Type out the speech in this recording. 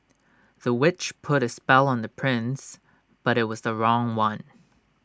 the witch put A spell on the prince but IT was the wrong one